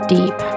Deep